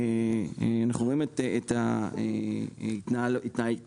אנחנו רואים את ההתנערות